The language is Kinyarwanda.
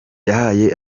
yahaye